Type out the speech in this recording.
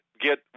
get